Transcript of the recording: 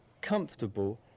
comfortable